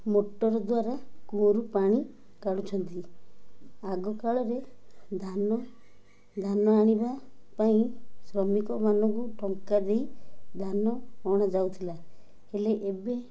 motor ଦ୍ୱାରା କୂଅରୁ ପାଣି କା଼ଢ଼ୁଛନ୍ତି ଆଗକାଳରେ ଧାନ ଧାନ ଆଣିବା ପାଇଁ ଶ୍ରମିକମାନଙ୍କୁ ଟଙ୍କା ଦେଇ ଧାନ ଅଣାଯାଉଥିଲା ହେଲେ ଏବେ